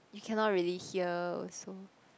you cannot really hear also